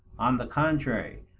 on the contrary,